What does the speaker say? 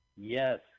Yes